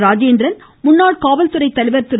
ராஜேந்திரன் முன்னாள் காவல்துறை தலைவர் திரு